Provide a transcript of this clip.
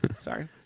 Sorry